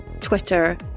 Twitter